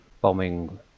bombing